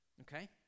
Okay